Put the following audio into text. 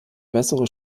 bessere